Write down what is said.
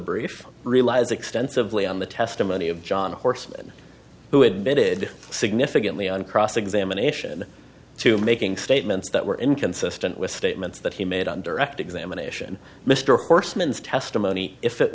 brief relies extensively on the testimony of john horseman who admitted significantly on cross examination to making statements that were inconsistent with statements that he made on direct examination mr horseman's testimony if it